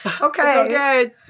okay